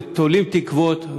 ותולים תקוות,